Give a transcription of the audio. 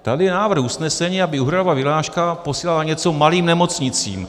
Tady je návrh usnesení, aby úhradová vyhláška posílala něco malým nemocnicím.